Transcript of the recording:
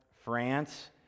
France